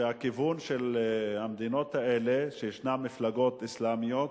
ראיתי שהכיוון של המדינות האלה הוא שמפלגות אסלאמיות